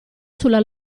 sulla